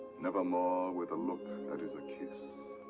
never more with a look that is a kiss.